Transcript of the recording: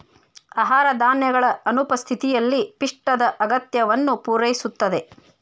ಆಹಾರ ಧಾನ್ಯಗಳ ಅನುಪಸ್ಥಿತಿಯಲ್ಲಿ ಪಿಷ್ಟದ ಅಗತ್ಯವನ್ನು ಪೂರೈಸುತ್ತದೆ